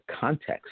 context